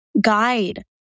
guide